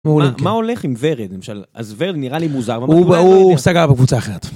מה הולך עם ורד למשל אז ורד נראה לי מוזר הוא בא הוא סגר בקבוצה אחרת.